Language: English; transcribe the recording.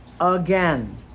again